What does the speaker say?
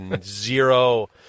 zero